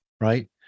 right